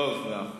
טוב, מאה אחוז.